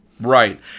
right